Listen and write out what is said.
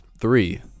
Three